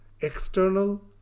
external